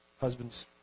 Husbands